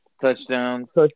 touchdowns